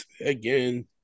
again